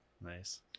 Nice